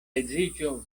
edziĝo